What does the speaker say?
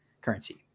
currency